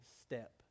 step